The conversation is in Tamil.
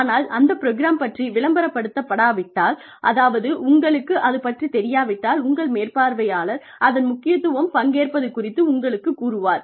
ஆனால் அந்த ப்ரோக்ராம் பற்றி விளம்பரப்படுத்தப்படாவிட்டால் அதாவது உங்களுக்கு அது பற்றித் தெரியாவிட்டால் உங்கள் மேற்பார்வையாளர் அதன் முக்கியத்துவம் பங்கேற்பது குறித்து உங்களுக்குக் கூறுவார்